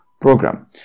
program